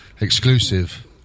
exclusive